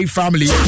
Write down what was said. family